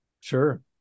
Sure